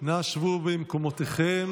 שבו במקומותיכם.